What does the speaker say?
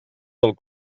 del